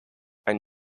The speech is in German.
ein